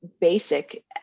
basic